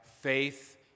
faith